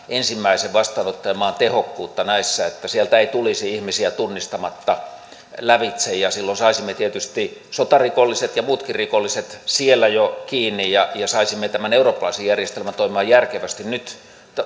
ensimmäisen vastaanottajamaan tehokkuutta näissä että sieltä ei tulisi ihmisiä tunnistamatta lävitse silloin saisimme tietysti sotarikolliset ja muutkin rikolliset siellä jo kiinni ja saisimme tämän eurooppalaisen järjestelmän toimimaan järkevästi nyt